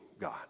God